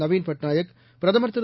நவீன் பட்நாயக் பிரதமர் திரு